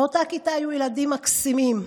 באותה כיתה היו ילדים מקסימים,